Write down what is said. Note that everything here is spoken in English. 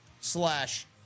slash